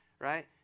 right